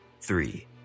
three